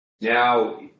Now